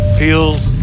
feels